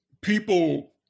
people